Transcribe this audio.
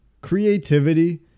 creativity